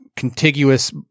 contiguous